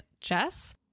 Jess